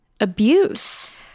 abuse